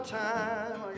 time